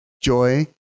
joy